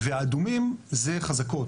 והאדומים זה חזקות.